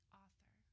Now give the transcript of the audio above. author